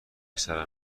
سرم